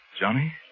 Johnny